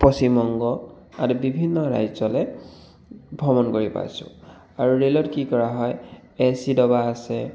পশ্চিমবংগ আদি বিভিন্ন ৰাজ্যলে ভ্ৰমণ কৰি পাইছোঁ আৰু ৰে'লত কি কৰা হয় এ চি ডবা আছে